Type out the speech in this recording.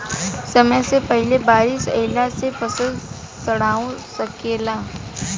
समय से पहिले बारिस अइला से फसल सडिओ सकेला